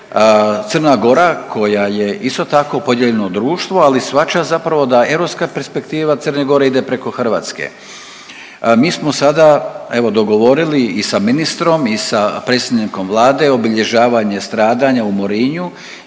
Crna Gora koja je isto tako podijeljeno društvo ali shvaća zapravo da europska perspektiva Crne Gore ide preko Hrvatske. Mi smo sada evo dogovorili i sa ministrom i sa predsjednikom vlade obilježavanje stradanja u Morinju